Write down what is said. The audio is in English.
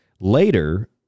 later